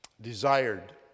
desired